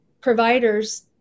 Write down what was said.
providers